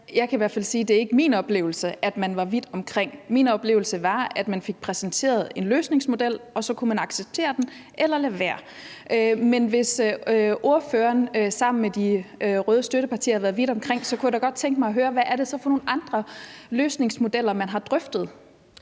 Jeg kan i hvert fald sige, at det ikke er min oplevelse, at man var vidt omkring. Min oplevelse var, at man fik præsenteret en løsningsmodel, og så kunne man acceptere den eller lade være. Men hvis ordføreren sammen med de røde støttepartier har været vidt omkring, kunne jeg da godt tænke mig at høre: Hvad er det så for nogle andre løsningsmodeller, man har drøftet?